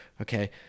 Okay